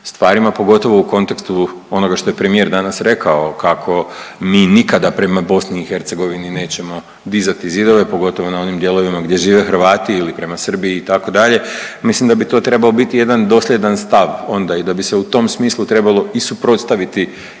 stvarima pogotovo u kontekstu onoga što je premijer danas rekao kako mi nikada prema BiH nećemo dizati zidove pogotovo na onim dijelovima gdje žive Hrvata ili prema Srbiji itd. mislim da bi to trebao biti jedan dosljedan stav onda i da bi se u tom smislu trebalo i suprotstaviti